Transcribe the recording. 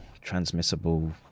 transmissible